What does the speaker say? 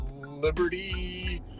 Liberty